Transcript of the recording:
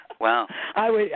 Wow